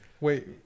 Wait